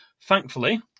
Thankfully